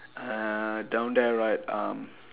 uh down there right uh